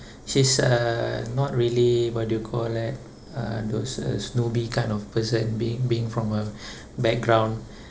she's uh not really what do you call that uh those uh snobby kind of person being being from a background